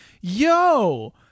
yo